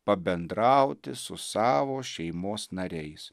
pabendrauti su savo šeimos nariais